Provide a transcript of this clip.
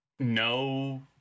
No